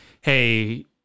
hey